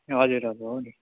हजुर हजुर हो नि